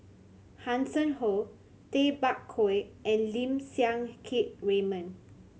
Hanson Ho Tay Bak Koi and Lim Siang Keat Raymond